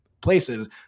places